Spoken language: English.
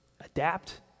adapt